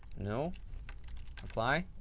no apply.